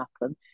happen